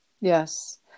Yes